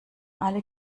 alle